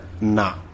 nah